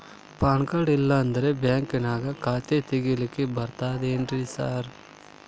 PAN card ಇಲ್ಲಂದ್ರ ಬ್ಯಾಂಕಿನ್ಯಾಗ ಖಾತೆ ತೆಗೆಲಿಕ್ಕಿ ಬರ್ತಾದೇನ್ರಿ ಸಾರ್?